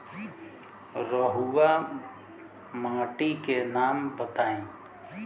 रहुआ माटी के नाम बताई?